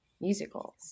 musicals